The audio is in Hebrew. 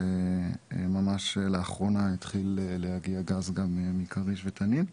וממש לאחרונה התחיל להגיע גז גם מכריש ותנין.